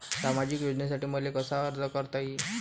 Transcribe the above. सामाजिक योजनेसाठी मले कसा अर्ज करता येईन?